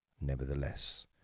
Nevertheless